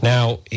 Now